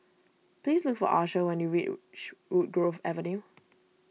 please look for Archer when you reach Woodgrove Avenue